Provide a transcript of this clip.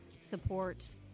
support